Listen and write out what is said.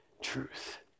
truth